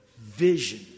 vision